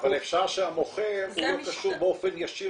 אבל אפשר שהמוכר לא קשור באופן ישיר